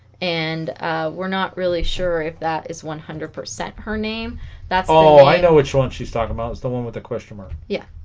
and we're not really sure if that is one hundred percent her name that's all i know which one she's talking about it's the one with the question mer yeah